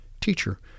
Teacher